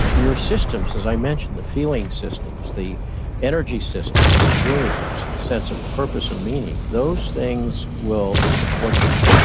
your systems, as i mentioned, the feeling systems, the energy systems, the dreams, the sense of purpose and meaning, those things will support you.